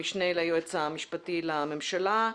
המשנה ליועץ המשפטי לממשלה,